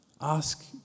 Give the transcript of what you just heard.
Ask